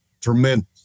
Tremendous